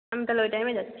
আমি তাহলে ওই টাইমে যাচ্ছি